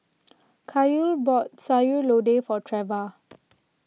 Kael bought Sayur Lodeh for Treva